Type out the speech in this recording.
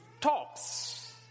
talks